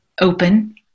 open